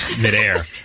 midair